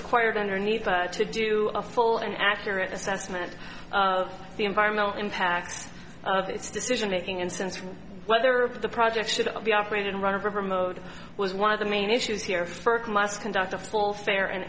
required underneath to do a full and accurate assessment of the environmental impacts of its decision making and sense from whether the project should be operated run of remote was one of the main issues here first must conduct a full fair and